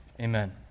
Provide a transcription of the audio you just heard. amen